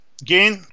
again